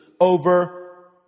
over